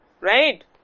right